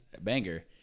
Banger